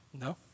No